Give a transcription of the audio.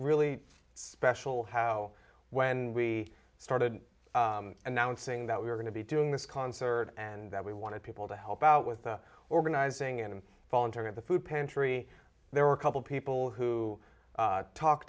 really special how when we started announcing that we were going to be doing this concert and that we wanted people to help out with the organizing and volunteer at the food pantry there were a couple people who talk